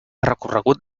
recorregut